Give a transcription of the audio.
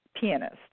pianist